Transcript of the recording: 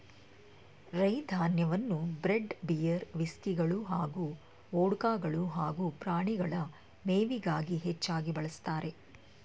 ರೈ ಧಾನ್ಯವನ್ನು bread beer ವಿಸ್ಕಿಗಳು ಹಾಗೂ ವೊಡ್ಕಗಳು ಹಾಗೂ ಪ್ರಾಣಿಗಳ ಮೇವಿಗಾಗಿ ಹೆಚ್ಚಾಗಿ ಬಳಸ್ತಾರೆ